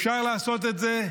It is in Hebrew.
אפשר לעשות את זה,